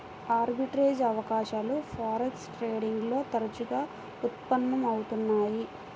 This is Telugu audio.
ఆర్బిట్రేజ్ అవకాశాలు ఫారెక్స్ ట్రేడింగ్ లో తరచుగా ఉత్పన్నం అవుతున్నయ్యి